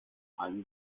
allen